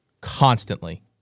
constantly